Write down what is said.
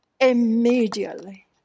immediately